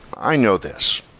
i know this.